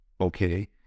okay